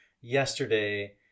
Yesterday